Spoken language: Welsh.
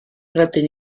rydyn